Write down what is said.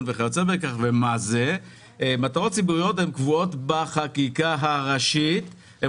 מטרות ציבוריות קבועות בחקיקה הראשית.